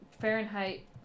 Fahrenheit